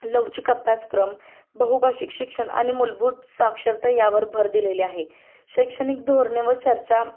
लवचिक अभ्यासक्रम बहुभाषिक शिक्षण आणि मूलभूत साक्षरता यावर भर दिलेले आहे शैक्षणिक धोरणे व चर्चा